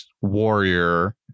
warrior